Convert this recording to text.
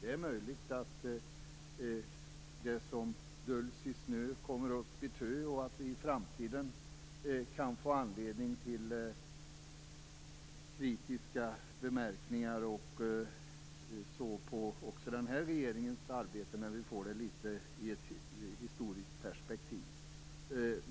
Det är möjligt att det som döljs i snö kommer upp i tö och att vi i framtiden kan få anledning till kritiska anmärkningar även på den här regeringens arbete när vi får det i ett litet historiskt perspektiv.